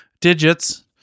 digits